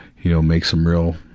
you know make some real,